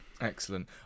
Excellent